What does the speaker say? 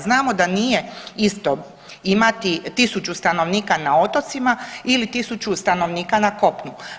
Znamo da nije isto imati 1.000 stanovnika na otocima ii 1.000 stanovnika na kopnu.